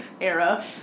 era